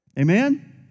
Amen